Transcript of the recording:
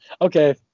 Okay